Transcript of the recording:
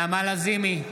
נעמה לזימי,